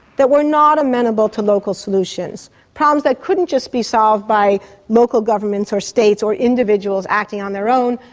that were not amenable to local solutions, problems that couldn't just be solved by local governments or states or individuals acting on their own,